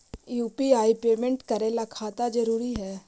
UPI payment करे ला खाता जरूरी है?